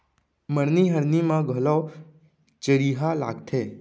मरनी हरनी म घलौ चरिहा लागथे